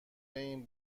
این